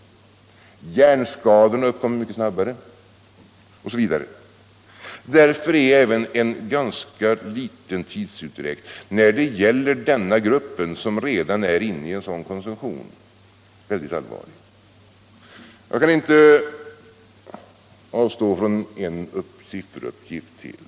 Hjärnskadorna uppkommer mycket snabbare osv. Därför är. även en ganska liten tidsutdräkt när det gäller denna grupp, som redan är inne i en sådan konsumtion, mycket allvarlig. Jag kan inte avstå från att lämna en sifferuppgift till.